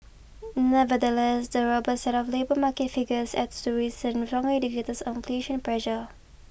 nevertheless the robust set of labour market figures adds to recent stronger indicators of inflation pressure